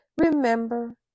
Remember